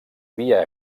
via